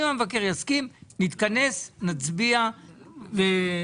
אם המבקר יסכים, נתכנס, נצביע וכו'.